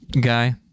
Guy